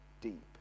deep